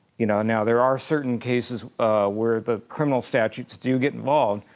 you know now there are certain cases where the criminal statutes do get involved.